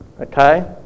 Okay